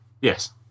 Yes